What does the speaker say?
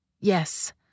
Yes